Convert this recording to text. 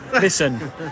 Listen